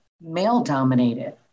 male-dominated